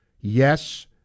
yes